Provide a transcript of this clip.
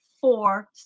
four